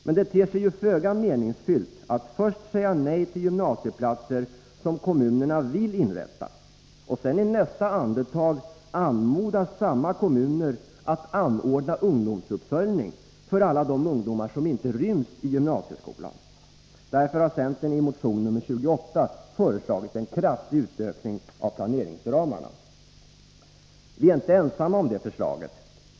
Men det ter sig ju föga meningsfyllt att först säga nej till gymnasieplatser som kommunerna vill inrätta och i nästa andetag anmoda samma kommuner att anordna ungdomsuppföljning för alla de ungdomar som inte ryms i gymnasieskolan. Därför har centern i motion nr 28 föreslagit en kraftig utökning av planeringsramarna. Vi är inte ensamma om det förslaget.